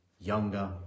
younger